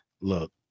Look